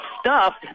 stuffed